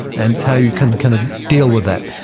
and how you can kind of deal with that.